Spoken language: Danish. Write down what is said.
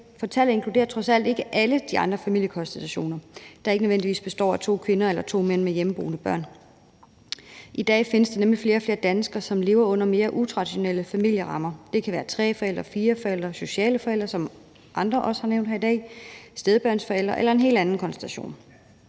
for tallet inkluderer trods alt ikke alle de andre familiekonstellationer, der ikke nødvendigvis består af to kvinder eller to mænd med hjemmeboende børn. I dag findes der nemlig flere og flere danskere, som lever under mere utraditionelle familierammer. Det kan være tre forældre, fire forældre, sociale forældre, som andre her også har nævnt i dag, stedbørnsforældre eller en helt anden konstruktion.